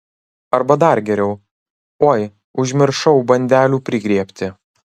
arba dar geriau oi užmiršau bandelių prigriebti